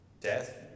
death